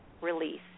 release